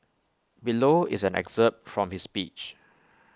below is an excerpt from his speech